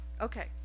Okay